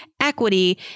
equity